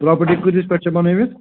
property کۭتِس پٮ۪ٹھ چھِ بَنٲوِتھ